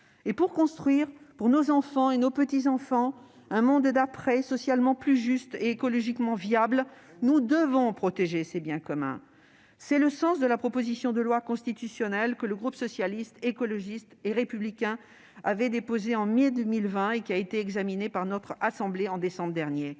Afin de construire, pour nos enfants et petits-enfants, un monde d'après socialement plus juste et écologiquement viable, nous devons protéger ces biens communs. C'était le sens de la proposition de loi constitutionnelle que le groupe Socialiste, Écologiste et Républicain avait déposée en mai 2020, et qui a été examinée par notre assemblée en décembre dernier.